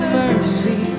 mercy